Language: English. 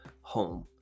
home